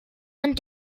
ond